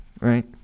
right